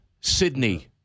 Sydney